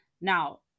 Now